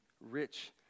rich